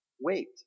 wait